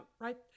right